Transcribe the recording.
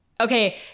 okay